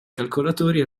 calcolatori